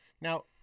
now